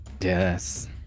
Yes